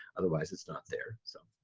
otherwise it's not there so.